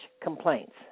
complaints